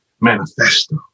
manifesto